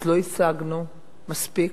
אז לא השגנו מספיק.